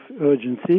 urgency